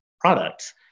products